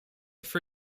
for